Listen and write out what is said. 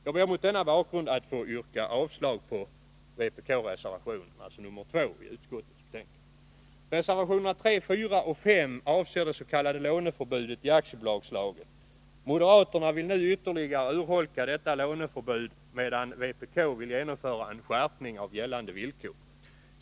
Jag ber mot denna bakgrund att få yrka avslag på reservation nr 2. Reservationerna 3, 4 och 5 avser det s.k. låneförbudet i aktiebolagslagen. Moderaterna vill nu ytterligare urholka detta låneförbud, medan vpk vill genomföra en skärpning av gällande villkor.